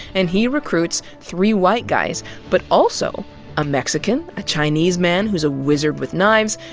and he recruits three white guys but also a mexican, a chinese man who's a wizard with knives,